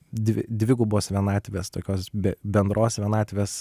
dvi dvigubos vienatvės tokios be bendros vienatvės